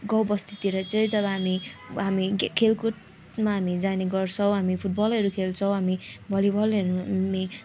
गाउँ बस्तीतिर चाहिँ जब हामी हामी खे खेलकुदमा हामी जाने गर्छौँ हामी फुटबलहरू खेल्छौँ हामी भलिबलहरू हामी